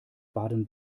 baden